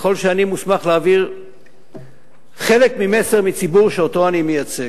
ככל שאני מוסמך להעביר חלק ממסר מציבור שאותו אני מייצג: